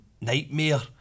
Nightmare